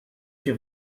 się